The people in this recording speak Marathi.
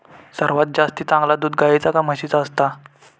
सर्वात जास्ती चांगला दूध गाईचा की म्हशीचा असता?